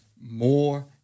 more